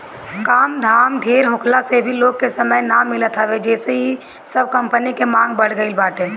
काम धाम ढेर होखला से भी लोग के समय ना मिलत हवे जेसे इ सब कंपनी के मांग बढ़ गईल बाटे